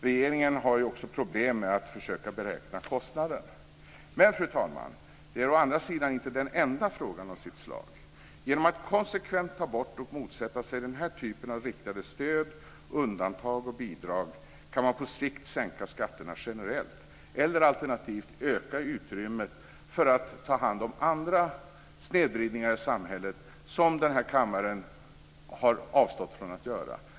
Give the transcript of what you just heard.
Regeringen har ju också problem med att försöka beräkna kostnaden. Fru talman! Det är å andra sidan inte den enda frågan i sitt slag. Genom att konsekvent ta bort och motsätta sig den här typen av riktade stöd, undantag och bidrag, kan man på sikt sänka skatterna generellt, alternativt öka utrymmet för att ta hand om andra snedvridningar i samhället som denna kammare har avstått från att göra.